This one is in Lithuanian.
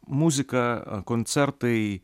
muzika koncertai